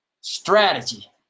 strategy